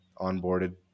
onboarded